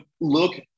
look